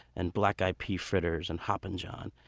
and black-eyed pea fritters and hoppin' john.